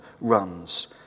runs